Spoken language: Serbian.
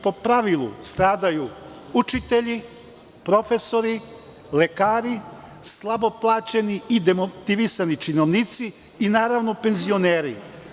Po pravilu stradaju učitelji, profesori, lekari, slabo plaćeni i demotivisani činovnici i naravno penzioneri.